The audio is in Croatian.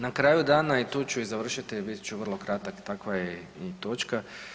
Na kraju dana i tu ću i završiti, bit ću vrlo kratak, takva je i točka.